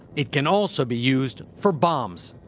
it can also be used for bombs.